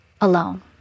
alone